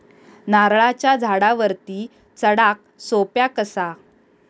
नारळाच्या झाडावरती चडाक सोप्या कसा?